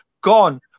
gone